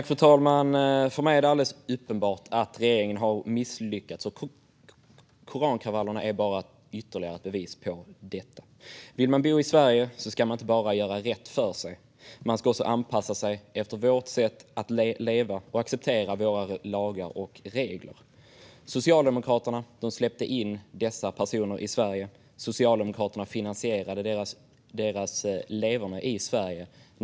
Fru talman! För mig är det alldeles uppenbart att regeringen har misslyckats, och korankravallerna är bara ytterligare ett bevis på detta. Vill man bo i Sverige ska man inte bara göra rätt för sig. Man ska också anpassa sig efter vårt sätt att leva och acceptera våra lagar och regler. Socialdemokraterna släppte in dessa personer i Sverige. Socialdemokraterna finansierade deras leverne i Sverige.